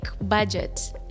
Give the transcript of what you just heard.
budget